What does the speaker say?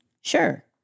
Sure